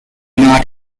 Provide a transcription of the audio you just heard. not